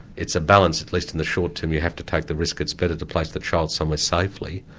it's a balance at least in the short term, you have to take the risk. it's better to place the child somewhere safely,